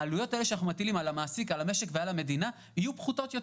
העלויות שאנחנו מטילים על המשק והמדינה תהיינה פחותות.